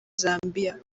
zambiya